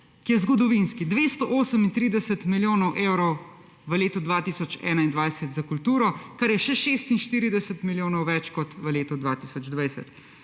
ki je zgodovinski. 238 milijonov evrov v letu 2021 za kulturo, kar je še 46 milijonov več kot v letu 2020.